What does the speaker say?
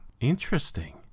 Interesting